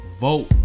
Vote